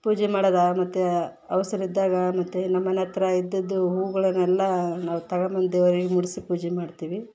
ಪೂಜೆ ಮಾಡೋದು ಮತ್ತು ಅವಸರ ಇದ್ದಾಗ ಮತ್ತು ನಮ್ಮ ಮನೇಹತ್ರ ಇದ್ದಿದ್ದು ಹೂವುಗಳನೆಲ್ಲ ನಾವು ತಗೊಂಬಂದ್ ದೇವ್ರಿಗೆ ಮುಡಿಸಿ ಪೂಜೆ ಮಾಡ್ತೀವಿ